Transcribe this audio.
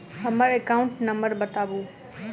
हम्मर account number बताऊ?